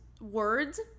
words